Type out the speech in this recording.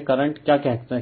तो यह करंट